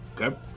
Okay